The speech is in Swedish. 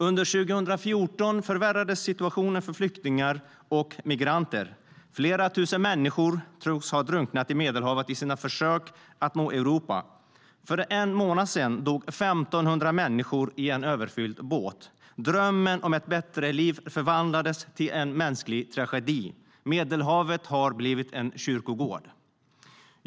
Under 2014 förvärrades situationen för flyktingar och migranter. Flera tusen människor tros ha drunknat i Medelhavet i sina försök att nå Europa. För en månad sedan dog 1 500 människor i en överfylld båt. Drömmen om ett bättre liv förvandlades till en mänsklig tragedi! Medelhavet har blivit en kyrkogård.